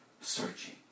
searching